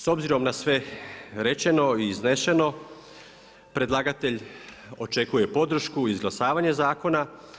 S obzirom na sve rečeno i izneseno predlagatelj očekuje podršku, izglasavanje zakona.